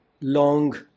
long